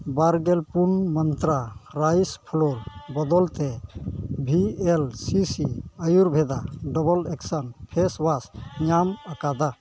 ᱵᱟᱨᱜᱮᱞ ᱯᱩᱱ ᱢᱟᱱᱛᱨᱟ ᱨᱟᱭᱤᱥ ᱯᱷᱞᱟᱣᱟᱨ ᱵᱚᱫᱚᱞᱛᱮ V L CC Ayurveda double action face wash ᱧᱟᱢ ᱟᱠᱟᱫᱟ